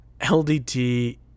LDT